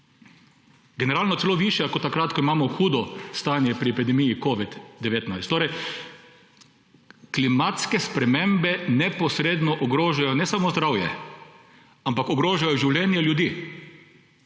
generalno celo višja kot takrat, ko imamo hudo stanje pri epidemiji covida-19. Torej klimatske spremembe neposredno ne ogrožajo samo zdravja, ampak ogrožajo življenje ljudi.